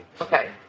okay